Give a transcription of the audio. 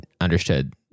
understood